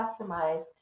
customize